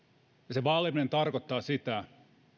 se vaaliminen tarkoittaa sitä